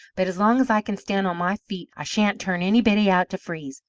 but as long as i can stand on my feet, i sha'n't turn anybody out to freeze,